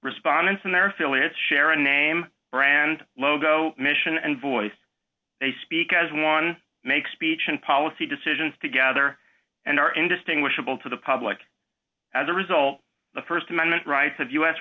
respondents and their affiliates share a name brand logo mission and voice they speak as one make speech and policy decisions together and are indistinguishable to the public as a result the st amendment rights of u